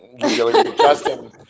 Justin